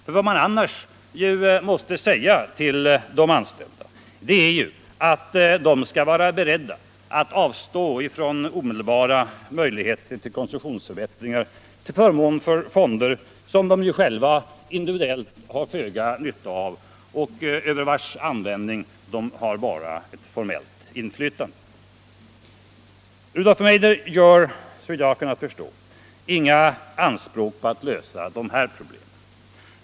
För vad man annars måste säga till de anställda är ju att de skall vara beredda att avstå från omedelbara konsumtionsförbättringar till förmån för fonder som de själva individuellt har föga nytta av och över vars användning de bara har ett formellt inflytande. Rudolf Meidner gör, såvitt jag har kunnat förstå, inga anspråk på att lösa de här problemen.